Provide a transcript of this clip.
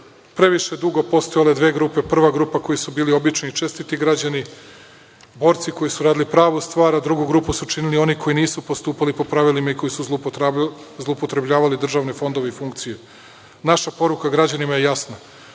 previše dugo postojale dve grupe – prva grupa koji su bili obični i čestiti građani, borci koji su radili pravu stvar, a drugu grupu su činili oni koji nisu postupali po pravilima i koji su zloupotrebljavali državne fondove i funkciju. Naša poruka građanima je jasna